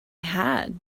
had